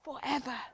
forever